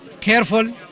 careful